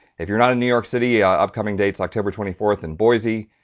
if you're not in new york city, ah upcoming dates, october twenty fourth in boise,